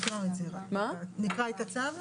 אני אקריא את הצו?